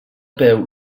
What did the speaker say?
peu